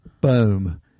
Boom